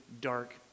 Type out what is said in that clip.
dark